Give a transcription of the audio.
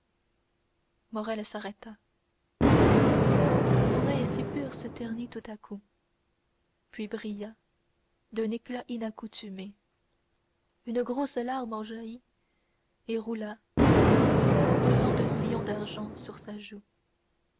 morrel s'arrêta son oeil si pur se ternit tout à coup puis brilla d'un éclat inaccoutumé une grosse larme en jaillit et roula creusant un sillon d'argent sur sa joue